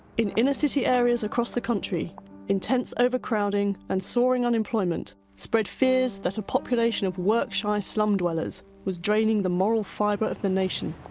in inner city areas across the country intense overcrowding and soaring unemployment spread fears that a population of work-shy slum dwellers was draining the moral fibre of the nation.